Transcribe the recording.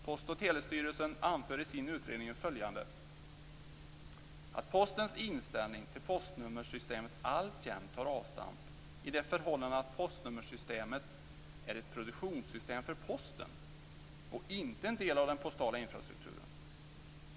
Post och Telestyrelsen anför i sin utredning följande: "- att Postens inställning till postnummersystemet alltjämt tar avstamp i det förhållandet att postnummersystemet är ett produktionssystem för Posten och inte en del av den postala infrastrukturen.